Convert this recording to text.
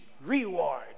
reward